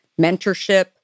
mentorship